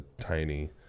tiny